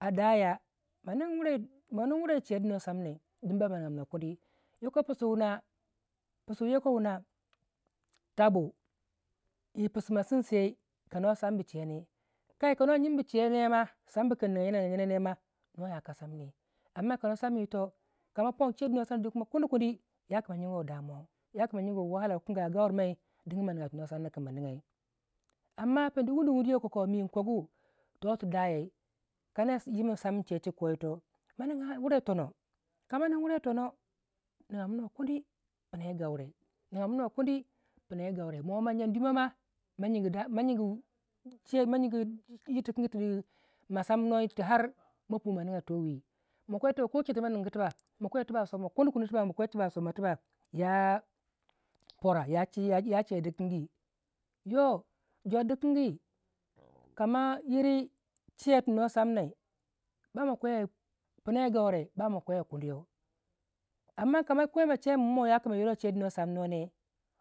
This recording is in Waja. adaya manin wurai yi chedu nuwa somnai din baba nigyamina kuni yoko pisuwuna pisuwu yokowuna tabu yi pisu ma simsei ka no sambu chei ne kai ka no jyinbu che ne ma kano chebu kin niga jyina nigya jyina ne ma no ya kasamini amma kano samin yito kamo pon chei du no samna kuni kuni yaku ma jyiguwo wahalau a gaurimai digin no samina kin ma nigyai amma peni wunuwunu yokoko mi kogu toyu dayai kama kwei no samin chei chik ko yi to manigya wurai yi tono kama nin wurai yi tona niga minuwei wurai pina yi gaure nigaminu wei kundi pina yi gaure mo jyan dimai ma majyigu da majyugu yir tikin tu masamuwai tu ar ma pui ma nigya towii makwe tibak kocha tima ningu tu ba ma kwe tuba a som ma kuni kuni tibak ya makwe a somma kunikunu ma kwetiba a som tiba ya pora ya cheidi kangi yo jor dikin gi kama yiri chei tu no sam na mer ma kwe wai pina yi gaure ba ma kwei kudiyau amma kama kwei mahe wei min mo ya ku ma yiru wei chedu no samnuwei ne